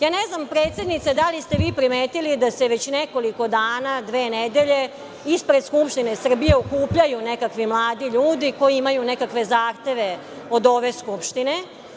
Ne znam, predsednice, da li ste vi primetili da se već nekoliko dana, dve nedelje, ispred Skupštine Srbije okupljaju nekakvi mladi ljudi koji imaju nekakve zahteve od ove Skupštine.